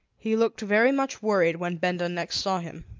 he looked very much worried when benda next saw him.